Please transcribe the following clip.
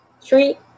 three